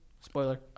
Spoiler